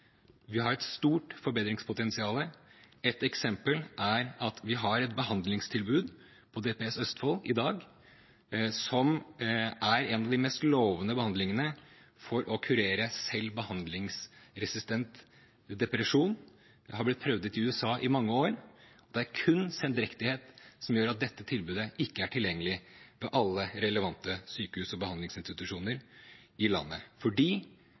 Vi har et stort forbedringspotensial. Et eksempel er at vi har et behandlingstilbud på DPS Østfold i dag som er en av de mest lovende behandlingene for å kurere selv behandlingsresistent depresjon. Det har blitt prøvd ut i USA i mange år. Det er kun sendrektighet som gjør at dette tilbudet ikke er tilgjengelig på alle relevante sykehus og behandlingsinstitusjoner i landet, fordi